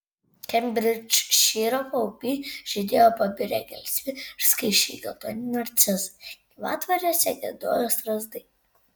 kembridžšyro paupy žydėjo pabirę gelsvi ir skaisčiai geltoni narcizai gyvatvorėse giedojo strazdai